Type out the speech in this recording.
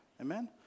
Amen